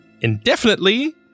indefinitely